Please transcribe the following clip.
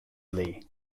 lee